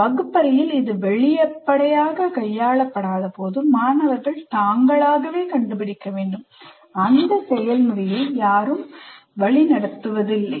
வகுப்பறையில் இது வெளிப்படையாகக் கையாளப்படாதபோது மாணவர்கள் தாங்களாகவே கண்டுபிடிக்க வேண்டும் அந்த செயல்முறையை யாரும் வழிநடத்தவில்லை